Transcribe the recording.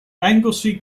anglesey